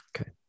Okay